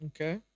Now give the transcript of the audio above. okay